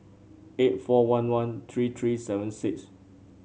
eight four one one three three seven six